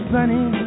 Sunny